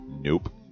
Nope